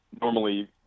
normally